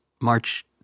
March